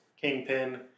Kingpin